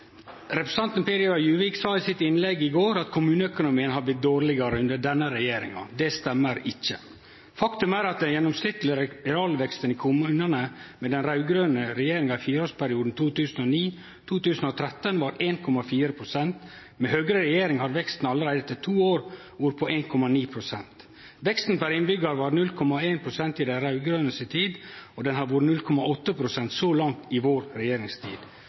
Representanten Kjell-Idar Juvik sa i innlegget sitt i går at kommuneøkonomien har blitt dårlegare under denne regjeringa. Det stemmer ikkje. Faktum er at den gjennomsnittlege realveksten i kommunane under den raud-grøne regjeringa i fireårsperioden 2009–2013 var på 1,4 pst. Med Høgre i regjering var veksten allereie etter to år på 1,9 pst. Veksten per innbyggjar var på 0,1 pst. i dei raud-grøne si tid og har vore på 0,8 pst. så langt i vår regjeringstid.